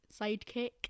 sidekick